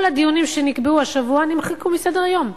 כל הדיונים שנקבעו השבוע נמחקו מסדר-היום,